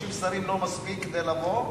30 שרים, לא מספיק כדי לבוא,